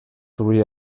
three